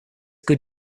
good